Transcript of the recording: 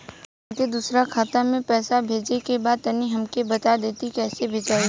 हमके दूसरा खाता में पैसा भेजे के बा तनि हमके बता देती की कइसे भेजाई?